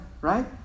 right